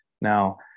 Now